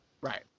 Right